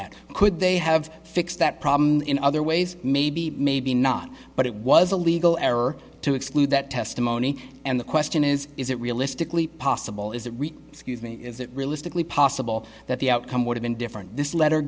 that could they have fixed that problem in other ways maybe maybe not but it was a legal error to exclude that testimony and the question is is it realistically possible is it excuse me is it realistically possible that the outcome would have been different this letter